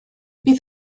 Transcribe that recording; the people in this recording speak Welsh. bydd